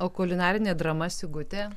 o kulinarinė drama sigutė